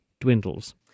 dwindles